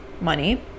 money